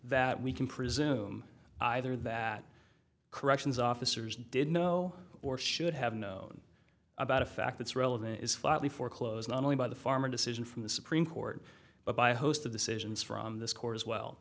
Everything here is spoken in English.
that we can presume either that corrections officers did know or should have known about a fact that's relevant is flatly foreclosed not only by the farmer decision from the supreme court but by a host of the citizens from this court as well